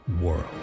world